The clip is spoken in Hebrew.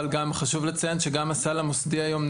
אבל חשוב לציין שתלמידים שאינם זכאים נהנים גם מהסל המוסדי היום.